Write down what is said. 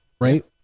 right